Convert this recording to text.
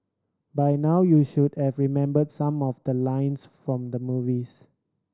by now you should have remembered some of the lines from the movies